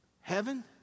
Heaven